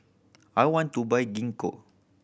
I want to buy Gingko